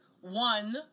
One